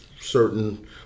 certain